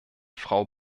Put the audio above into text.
frau